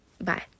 Bye